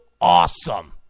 awesome